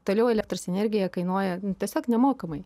toliau elektros energija kainuoja tiesiog nemokamai